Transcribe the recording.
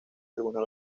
alguna